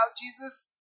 Jesus